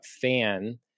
fan